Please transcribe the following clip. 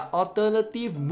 alternative